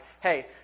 hey